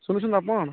ଶୁଣୁଛନ୍ତି ତ ଆପଣ